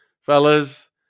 Fellas